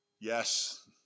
Yes